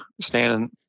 standing